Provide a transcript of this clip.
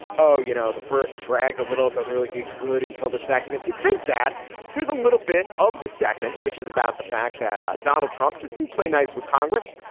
oh, you know, the first dragged a little doesn't really get good until the second if you think that here's a little bit of the second, which is about the fact that donald trump just didn't play nice with congress.